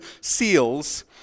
seals